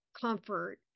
comfort